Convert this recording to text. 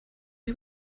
you